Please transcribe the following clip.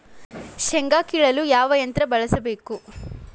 ಶೇಂಗಾ ಕೇಳಲು ಯಾವ ಯಂತ್ರ ಬಳಸಬೇಕು?